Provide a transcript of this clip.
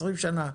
20 שנים,